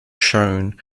shown